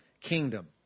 kingdom